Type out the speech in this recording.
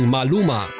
Maluma